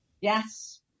Yes